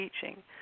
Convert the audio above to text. teaching